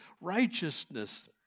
righteousness